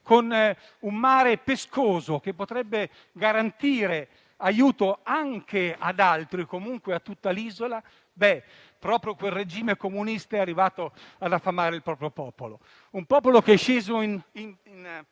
con un mare pescoso, che potrebbe garantire aiuto anche ad altri o comunque a tutta l'isola. Eppure, proprio quel regime comunista è arrivato ad affamare il proprio popolo, che è sceso in